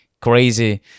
crazy